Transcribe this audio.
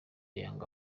yanga